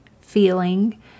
feeling